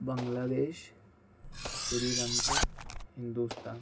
بنگلہ دیش سری لنکا ہندوستان